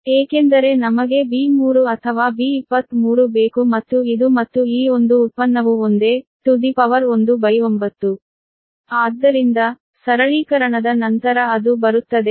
ಏಕೆಂದರೆ ನಮಗೆ b3 ಅಥವಾ b23 ಬೇಕು ಮತ್ತು ಇದು ಮತ್ತು ಈ ಒಂದು ಉತ್ಪನ್ನವು ಒಂದೇ ಟು ದಿ ಪವರ್ 1 ಬೈ 9